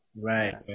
right